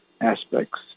aspects